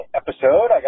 episode